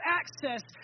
access